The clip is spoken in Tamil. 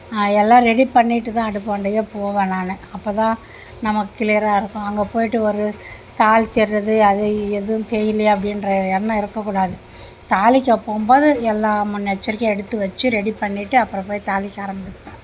எல்லாம் ரெடி பண்ணிவிட்டு தான் அடுப்பாண்டையே போவேன் நான் அப்போ தான் நம்ம கிளியராக இருக்கும் அங்கே போயிவிட்டு ஒரு தாள்சிர்றது அது எதுவும் செய்லியா அப்படின்ற எண்ணம் இருக்கக்கூடாது தாளிக்க போம்போது எல்லா முன்னெச்சரிக்கையாக எடுத்து வச்சி ரெடி பண்ணிவிட்டு அப்புறோம் போய் தாளிக்க ஆரமிப்பேன்